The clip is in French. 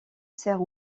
sert